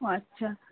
ও আচ্ছা